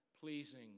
pleasing